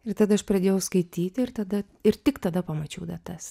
ir tada aš pradėjau skaityti ir tada ir tik tada pamačiau datas